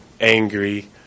angry